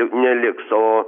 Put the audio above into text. neliks o